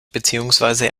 beziehungsweise